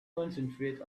concentrate